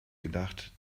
gedacht